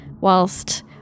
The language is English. whilst